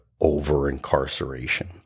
over-incarceration